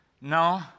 No